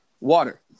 water